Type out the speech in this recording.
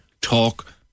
talk